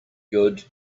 good